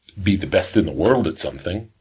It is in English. be the best in the world at something,